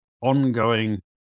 ongoing